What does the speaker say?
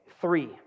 three